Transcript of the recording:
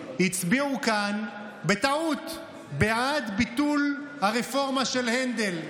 הצביעו כאן בטעות בעד ביטול הרפורמה של הנדל.